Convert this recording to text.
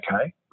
okay